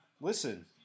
listen